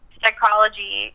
psychology